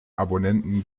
abonnenten